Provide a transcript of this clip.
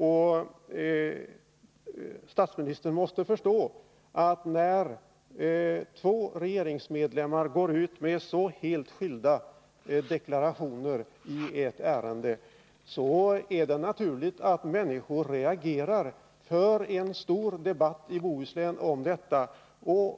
Men statsministern måste förstå att när två regeringsmedlemmar går ut med så helt skilda deklarationer i ett ärende, då är det naturligt att människor reagerar och att man som i Bohuslän för en stor debatt om detta.